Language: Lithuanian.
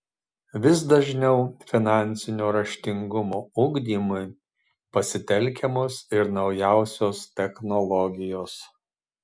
vis dažniau finansinio raštingumo ugdymui pasitelkiamos ir naujausios technologijos